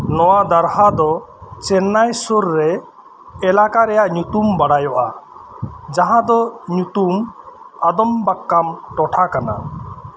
ᱱᱚᱣᱟ ᱫᱟᱨᱦᱟ ᱫᱚ ᱪᱮᱱᱱᱟᱭ ᱥᱩᱨ ᱨᱮ ᱮᱞᱟᱠᱟ ᱨᱮᱭᱟᱜ ᱧᱩᱛᱩᱢ ᱵᱟᱰᱟᱭᱚᱜ ᱼᱟ ᱡᱟᱦᱟᱸ ᱫᱚ ᱧᱩᱛᱩᱢ ᱟᱫᱚᱢᱵᱟᱠᱠᱟᱢ ᱴᱚᱴᱷᱟ ᱠᱟᱱᱟ